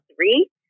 three